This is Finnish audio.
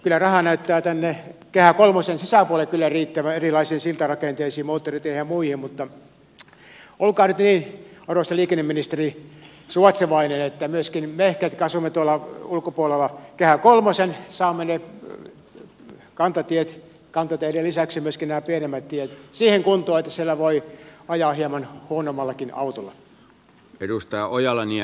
kyllä rahaa näyttää tänne kehä kolmosen sisäpuolelle riittävän erilaisiin siltarakenteisiin moottoriteihin ja muihin mutta olkaa nyt arvoisa liikenneministeri niin suvaitsevainen että myöskin me ketkä asumme tuolla ulkopuolella kehä kolmosen saamme kantateiden lisäksi myöskin nämä pienemmät tiet siihen kuntoon että siellä voi ajaa hieman huonommallakin autolla